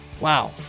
Wow